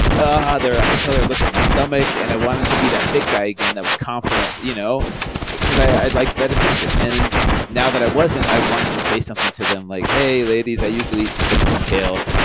um ah ah i could tell they were looking at my stomach and i wanted to be that fit guy again that was confident you know because i liked that attention. and and now that i wasn't, i wanted to say something to them like hey ladies, i usually eat spinach and kale.